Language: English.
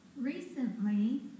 recently